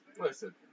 Listen